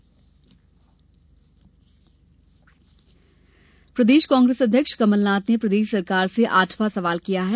कमलनाथ प्रदेश कांग्रेस अध्यक्ष कमलनाथ ने प्रदेश सरकार से आठवां सवाल किया है